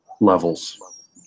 levels